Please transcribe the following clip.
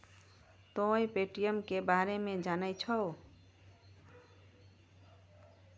तोंय पे.टी.एम के बारे मे जाने छौं?